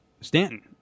Stanton